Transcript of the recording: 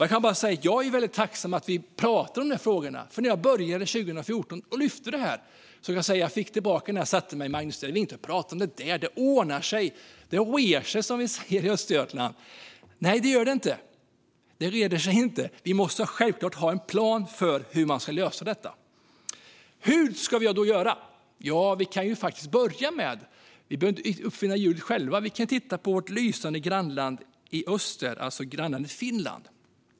Jag kan säga att jag är tacksam över att vi pratar om dessa frågor. När jag började lyfta upp dem 2014 fick jag höra att det inte var något att prata om och att det ordnar sig. Det "rer" sig, som vi säger i Östergötland. Nej, det gör det inte. Det reder sig inte. Vi måste självfallet ha en plan för hur det ska lösas. Hur ska vi då göra? Vi behöver inte uppfinna hjulet själva, utan vi kan börja med att titta på vårt lysande grannland i öster: Finland.